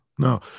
No